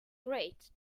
great